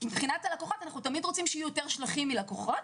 ומבחינת הלקוחות אנחנו תמיד רוצים שיהיו יותר שליחים מלקוחות,